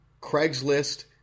Craigslist